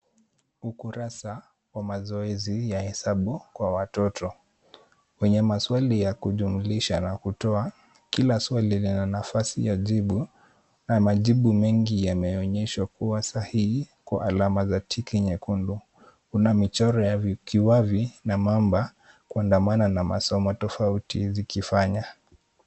Ukurasa wa mazoezi ya hesabu kwa watoto, wenye maswali ya kujumulisha na kutoa. Kila swali lina nafasi ya jibu na majibu mengi yameonyesha kuwa sahihi kwa alama za tiki nyekundu. Kuna michoro ya kiwavi na mamba kuandamana na masomo tofauti zikifanya.